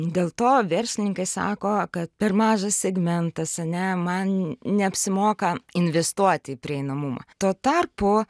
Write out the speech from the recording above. dėl to verslininkai sako kad per mažas segmentas ane man neapsimoka investuoti į prieinamumą tuo tarpu